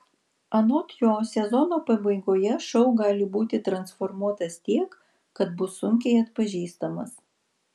anot jo sezono pabaigoje šou gali būti transformuotas tiek kad bus sunkiai atpažįstamas